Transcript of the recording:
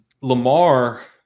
Lamar